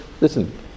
listen